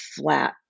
flat